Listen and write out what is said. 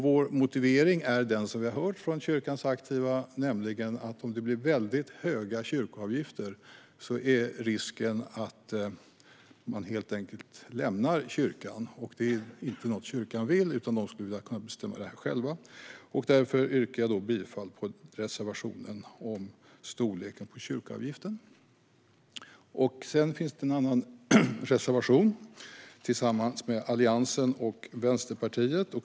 Vår motivering är den som vi har hört från kyrkans aktiva: Om det blir väldigt höga kyrkoavgifter är risken att människor helt enkelt lämnar kyrkan. Det är inte något som kyrkan vill, utan kyrkan vill kunna bestämma detta själv. Därför yrkar jag bifall till reservationen om storleken på kyrkoavgiften. Den andra reservationen har Alliansen tillsammans med Vänsterpartiet.